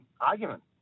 argument